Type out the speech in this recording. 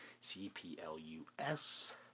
C-P-L-U-S